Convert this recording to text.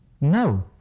No